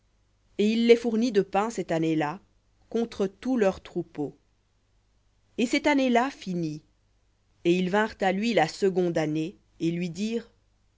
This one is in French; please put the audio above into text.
et il les fournit de pain cette année-là contre tous leurs troupeaux et cette année-là finit et ils vinrent à lui la seconde année et lui dirent